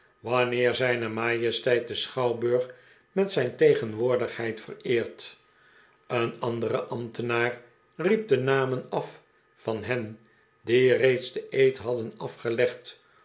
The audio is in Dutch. wanneer zijne majesteit den schouwburg met zijn tegenwoordigheid vereert een andere ambtenaar riep de namen af van hen die reeds den eed hadden afgelegd